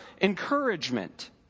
encouragement